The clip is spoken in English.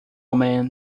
man